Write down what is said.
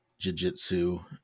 jujitsu